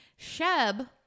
Sheb